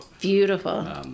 Beautiful